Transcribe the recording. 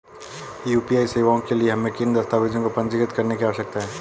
UPI सेवाओं के लिए हमें किन दस्तावेज़ों को पंजीकृत करने की आवश्यकता है?